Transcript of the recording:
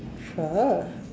sure